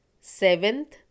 seventh